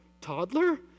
Toddler